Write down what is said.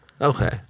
Okay